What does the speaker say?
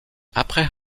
après